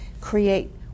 create